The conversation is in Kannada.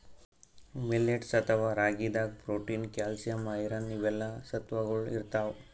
ಮಿಲ್ಲೆಟ್ಸ್ ಅಥವಾ ರಾಗಿದಾಗ್ ಪ್ರೊಟೀನ್, ಕ್ಯಾಲ್ಸಿಯಂ, ಐರನ್ ಇವೆಲ್ಲಾ ಸತ್ವಗೊಳ್ ಇರ್ತವ್